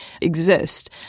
exist